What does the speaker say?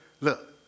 look